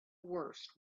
worst